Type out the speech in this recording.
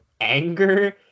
anger